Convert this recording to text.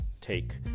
take